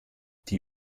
die